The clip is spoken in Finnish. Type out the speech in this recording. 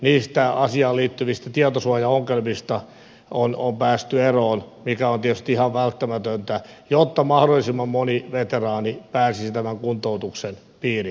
niistä asiaan liittyvistä tietosuojaongelmista on päästy eroon mikä on tietysti ihan välttämätöntä jotta mahdollisimman moni veteraani pääsisi tämän kuntoutuksen piiriin